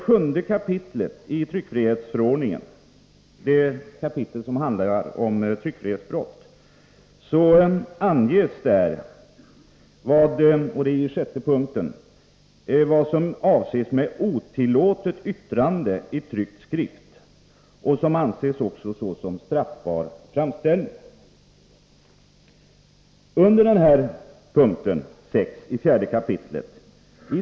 7 kap. i tryckfrihetsförordningen handlar om tryckfrihetsbrott, och i 4 § 6 p. anges vad som avses med otillåtet yttrande i tryckt skrift och vad som anses såsom straffbar framställning. I 7 kap. 4§ 6p.